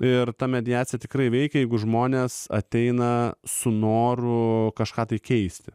ir ta mediacija tikrai veikia jeigu žmonės ateina su noru kažką tai keisti